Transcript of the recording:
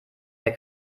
der